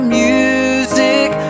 music